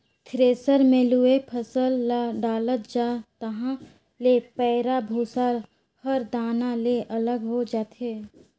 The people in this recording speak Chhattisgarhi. थेरेसर मे लुवय फसल ल डालत जा तहाँ ले पैराःभूसा हर दाना ले अलग हो जाथे